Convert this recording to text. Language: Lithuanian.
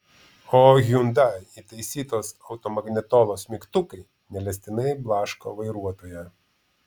o hyundai įtaisytos automagnetolos mygtukai neleistinai blaško vairuotoją